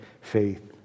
faith